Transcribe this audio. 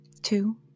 Two